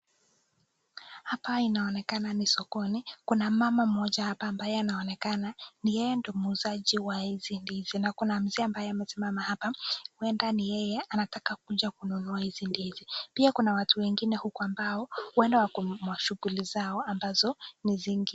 Hapa inaonekana ni sokoni, kuna mama mmoja hapa ambaye anaonekana ni yeye ndio muuzaji wa hizi ndizi, na kuna mzee ambaye amesimama hapa huenda ni yeye anataka kuja kununua hizi ndizi. Pia kuna watu wengine huku ambao huenda wako mashughuli zao ambazo ni zingine.